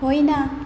होइन